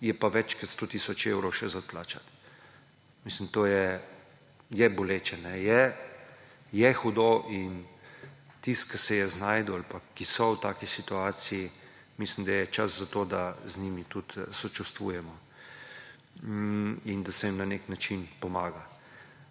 je pa več kot 100 tisoč evrov še za plačati. Mislim, to je boleče, kajne, je hudo. Tisti, ki se je znašel ali pa ki so v taki situaciji, mislim, da je čas za to, da z njimi tudi sočustvujemo in da se jim na nek način pomaga.